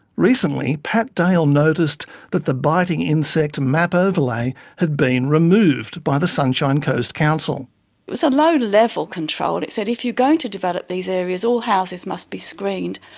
recently, pat dale noticed that the biting insect map overlay had been removed by the sunshine coast council. it was a low-level control. it it said if you're going to develop these areas, all houses must be screened.